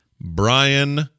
Brian